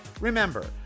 Remember